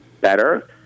better